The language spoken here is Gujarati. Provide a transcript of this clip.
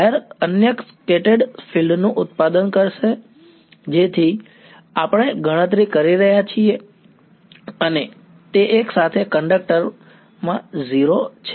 વાયર અન્ય સ્કેટર્ડ ફીલ્ડનું ઉત્પાદન કરશે જેની આપણે ગણતરી કરી રહ્યા છીએ અને તે એકસાથે કંડક્ટર માં 0 છે